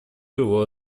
его